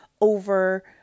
over